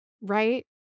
Right